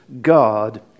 God